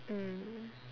mm